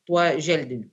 tuo želdinių